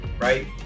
right